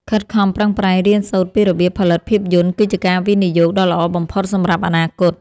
ខិតខំប្រឹងប្រែងរៀនសូត្រពីរបៀបផលិតភាពយន្តគឺជាការវិនិយោគដ៏ល្អបំផុតសម្រាប់អនាគត។